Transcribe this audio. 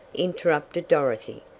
interrupted dorothy,